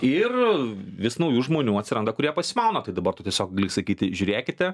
ir vis naujų žmonių atsiranda kurie pasimauna tai dabar tu tiesiog gali sakyti žiūrėkite